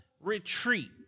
Retreat